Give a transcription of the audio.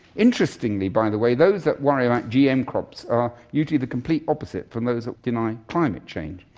interestingly, by the way, those that worry about gm crops are usually the complete opposite from those that deny climate change.